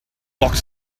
locked